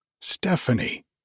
Stephanie